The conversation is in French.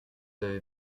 avez